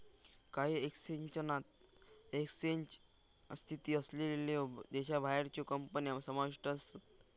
काही एक्सचेंजात एक्सचेंज स्थित असलेल्यो देशाबाहेरच्यो कंपन्या समाविष्ट आसत